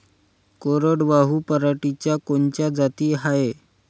कोरडवाहू पराटीच्या कोनच्या जाती हाये?